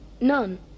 None